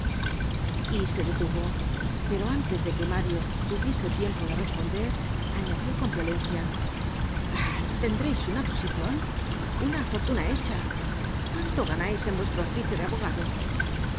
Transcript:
y se detuvo pero antes de que mario tuviese tiempo de responder añadió con violencia ah tendreis una posicion una fortuna hecha cuánto ganais en vuestro oficio de abogado